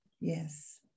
yes